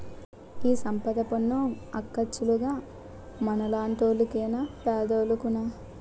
ఈ సంపద పన్ను అక్కచ్చాలుగ మనలాంటోళ్లు కేనా పెద్దోలుకున్నా